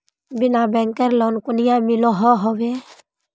बिना बैंकेर लोन कुनियाँ मिलोहो होबे?